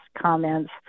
comments